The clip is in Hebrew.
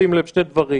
בשים לב לשני דברים,